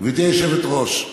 גברתי היושבת-ראש,